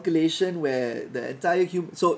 calculation where the entire hu~ so